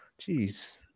Jeez